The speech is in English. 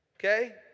Okay